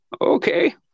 Okay